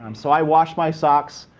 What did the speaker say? um so i wash my socks.